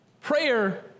Prayer